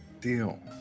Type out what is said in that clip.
deal